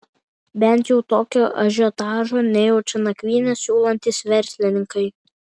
bent jau tokio ažiotažo nejaučia nakvynę siūlantys verslininkai